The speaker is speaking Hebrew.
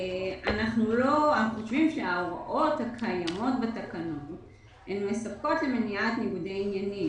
אנחנו חושבים שההוראות הקיימות בתקנות מספקות כדי למנוע ניגודי עניינים.